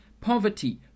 poverty